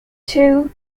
two